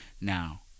Now